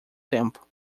tempo